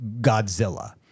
Godzilla